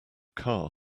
car